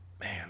Man